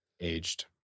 Aged